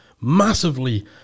massively